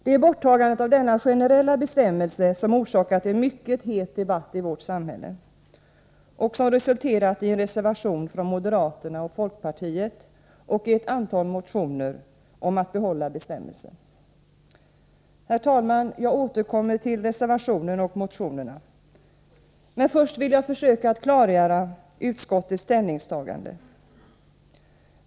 Det är borttagandet av denna generella bestämmelse som har orsakat en mycket het debatt i vårt samhälle och som har resulterat i en reservation från moderaterna och folkpartiet och i ett antal motioner om att behålla bestämmelsen. Herr talman! Jag återkommer till reservationen och motionerna. Men jag vill börja med att försöka klargöra utskottets ställningstagande.